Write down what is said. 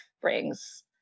brings